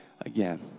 again